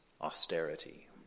austerity